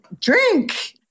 drink